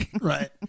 right